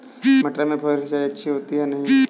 मटर में फुहरी सिंचाई अच्छी होती है या नहीं?